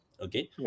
Okay